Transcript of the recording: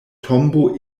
tombo